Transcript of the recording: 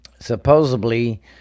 Supposedly